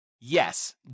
yes